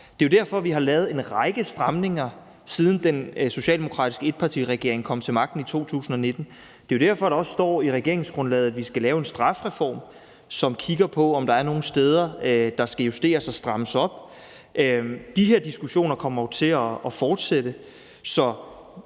Det er jo derfor, vi har lavet en række stramninger, siden den socialdemokratiske etpartiregering kom til magten i 2019. Det er jo derfor, der også står i regeringsgrundlaget, at vi skal lave en strafreform, som kigger på, om der er nogle steder, der skal justeres og strammes op på. De her diskussioner kommer til at fortsætte.